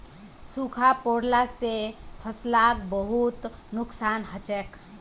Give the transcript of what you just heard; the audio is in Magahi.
सूखा पोरला से फसलक बहुत नुक्सान हछेक